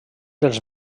dels